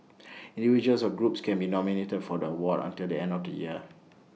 individuals or groups can be nominated for the award until the end of the year